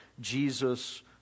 Jesus